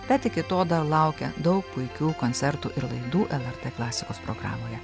bet iki to dar laukia daug puikių koncertų ir laidų lrt klasikos programoje